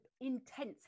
intense